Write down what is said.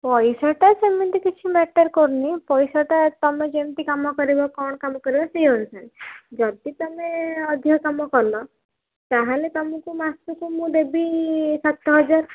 ପଇସାଟା ସେମିତି କିଛି ମ୍ୟାଟର୍ କରୁନି ପଇସାଟା ତମେ ଯେମିତି କାମ କରିବ କ'ଣ କାମ କରିବ ସେଇ ଅନୁସାରେ ଯଦି ତମେ ଅଧିକ କାମ କଲ ତା'ହେଲେ ତମକୁ ମାସକୁ ମୁଁ ଦେବି ସାତ ହଜାର